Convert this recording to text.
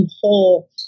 whole